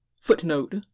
Footnote